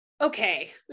okay